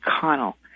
Connell